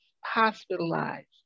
hospitalized